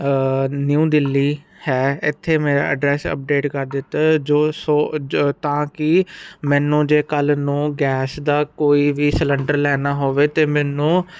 new Delhi ਹੈ ਇੱਥੇ ਮੇਰਾ ਐਡਰੈਸ ਅਪਡੇਟ ਕਰ ਦਿੱਤਾ ਜੋ ਸੋ ਤਾਂ ਕਿ ਮੈਨੂੰ ਜੇ ਕੱਲ ਨੂੰ ਗੈਸ ਦਾ ਕੋਈ ਵੀ ਸਲੰਡਰ ਲੈਣਾ ਹੋਵੇ ਤੇ ਮੈਨੂੰ